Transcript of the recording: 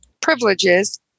privileges